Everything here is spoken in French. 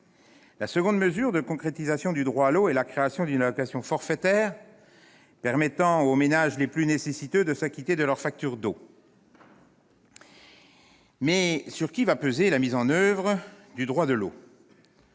La seconde mesure de concrétisation du droit à l'eau est la création d'une allocation forfaitaire permettant aux ménages les plus nécessiteux de s'acquitter de leur facture d'eau. Néanmoins, sur qui va peser la mise en oeuvre du droit à l'eau ?